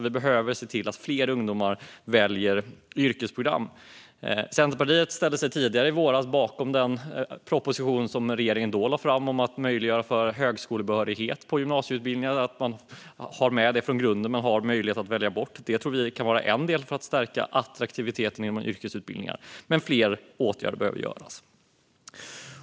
Vi behöver alltså se till att fler ungdomar väljer yrkesprogram. Centerpartiet ställde sig tidigare i våras bakom den proposition som regeringen då lade fram om högskolebehörighet på gymnasieutbildningarna. Det handlar om att högskolebehörighet ska finnas med från grunden men att man ska ha möjlighet att välja bort den. Det tror vi kan vara en del i att stärka attraktiviteten för yrkesutbildningarna. Men fler åtgärder behöver vidtas.